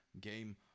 game